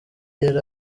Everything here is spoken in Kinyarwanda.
yari